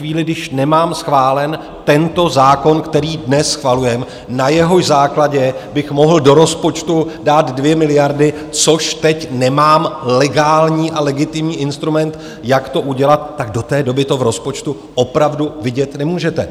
Ve chvíli, kdy nemám schválen tento zákon, který dnes schvalujeme, na jehož základě bych mohl do rozpočtu dát 2 miliardy, na což teď nemám legální a legitimní instrument, jak to udělat, tak do té doby to v rozpočtu opravdu vidět nemůžete.